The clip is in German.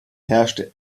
herrschte